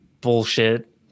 bullshit